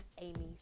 Amy